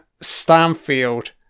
Stanfield